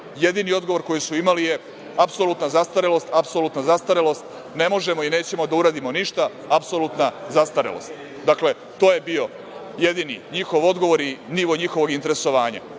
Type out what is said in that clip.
Jedini odgovor koji su imali je apsolutna zastarelost, apsolutna zastarelost, ne možemo i nećemo da uradimo ništa, apsolutna zastarelost. Dakle, to je bio jedini njihov odgovor i nivo njihovog interesovanja,